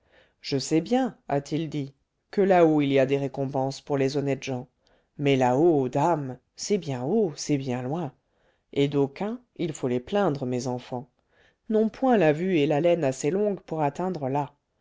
je sais bien a-t-il dit que là-haut il y a des récompenses pour les honnêtes gens mais là-haut dame c'est bien haut c'est bien loin et d'aucuns il faut les plaindre mes enfants n'ont point la vue et l'haleine assez longue pour atteindre là